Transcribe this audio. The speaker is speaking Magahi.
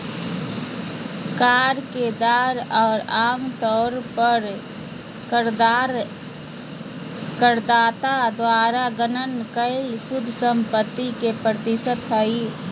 कर के दर आम तौर पर करदाता द्वारा गणना कइल शुद्ध संपत्ति के एक प्रतिशत हइ